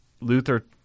Luther